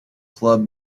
club